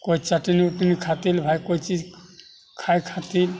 कोइ चटनी उटनी खाथिन भाइ कोइ चीज खाइ खातिर